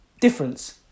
difference